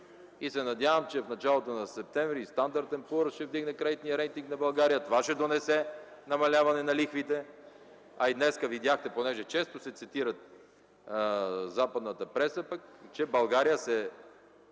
и се надявам, че в началото на септември и „Стандарт енд Пуърс” ще вдигне кредитния рейтинг на България. Това ще донесе намаляване на лихвите. А и днес видяхте, понеже често се цитира западната преса, че България се